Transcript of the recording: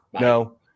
no